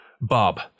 Bob